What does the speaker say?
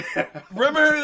Remember